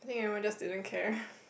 think everyone just didn't care